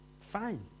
fine